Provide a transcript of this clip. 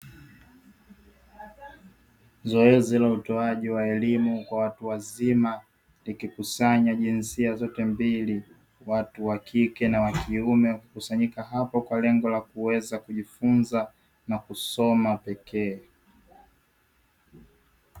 Zoezi la utoaji wa elimu kwa watu wazima likikusanya jinsia zote mbili, watu wa kike na wa kiume wamekusanyika hapo kwa lengo la kuweza kujifunza na kusoma pekee.